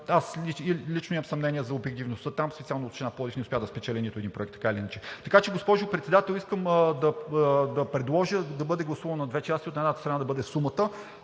аз лично имам съмнения за обективността там – специално Община Пловдив не успя да спечели нито един проект. Така че, госпожо Председател, искам да предложа да бъде гласувано на две части – от едната страна да бъде сумата,